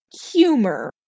humor